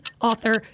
author